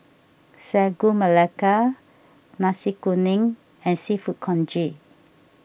Sagu Melaka Nasi Kuning and Seafood Congee